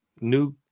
new